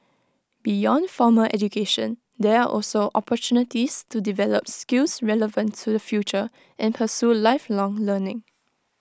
beyond formal education there are also opportunities to develop skills relevant to the future and pursue lifelong learning